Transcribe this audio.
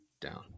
down